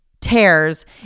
tears